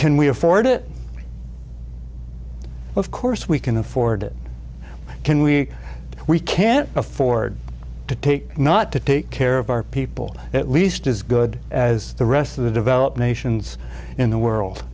can we afford it of course we can afford it can we we can't afford to take not to take care of our people at least as good as the rest of the developed nations in the world